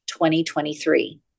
2023